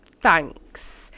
thanks